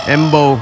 Embo